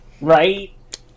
Right